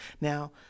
Now